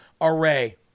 array